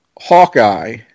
Hawkeye